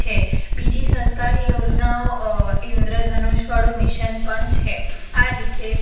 છે બીજી સરકારી યોજનાઓ ઇન્દ્રધનુષવાળું મિશન પણ છે આ રીતે